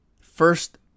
First